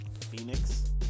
Phoenix